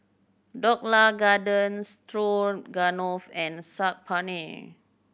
Dhokla Garden Stroganoff and Saag Paneer